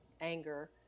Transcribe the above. anger